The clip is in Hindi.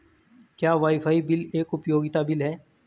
क्या वाईफाई बिल एक उपयोगिता बिल है?